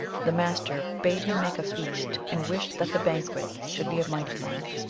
the master bade him make a feast, and wished that the banquet should be a mighty one.